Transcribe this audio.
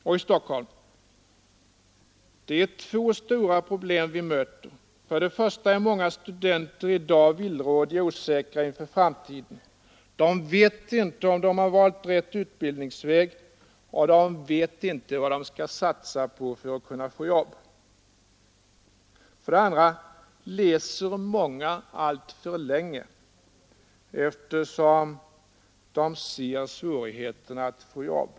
Och i Stockholm: Det är två stora problem vi möter. För det första är många studenter i dag villrådiga och osäkra inför framtiden, De vet inte om de har valt rätt utbildningsväg och de vet inte vad de skall satsa på för att kunna få jobb. För det andra läser många alltför länge, eftersom de ser svårigheten att få jobb.